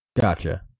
Gotcha